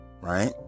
right